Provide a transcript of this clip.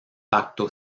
pacto